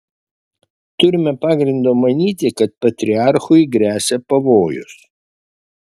turime pagrindo manyti kad patriarchui gresia pavojus